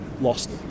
lost